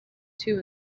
two